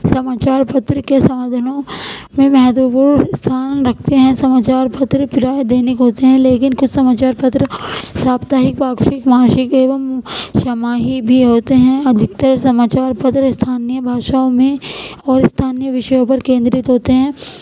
سماچار پتر کے سادھنوں میں مہتوپورن استھان رکھتے ہیں سماچار پتر پرائے دینک ہوتے ہیں لیکن کچھ سماچار پتر ساپتاہک وارشک ماسک ایوم چھماہی بھی ہوتے ہیں ادھکتر سماچار پتر استھانیہ بھاشاؤں میں اور استھانیہ وشیوں پر کیندرت ہوتے ہیں